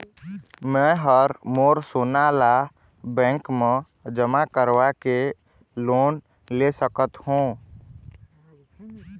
मैं हर मोर सोना ला बैंक म जमा करवाके लोन ले सकत हो?